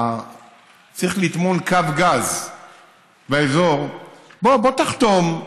צריך לטמון קו גז באזור, בוא, בוא תחתום,